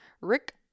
Rick